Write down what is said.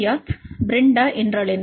R பிரெண்டா என்றால் என்ன